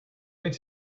doing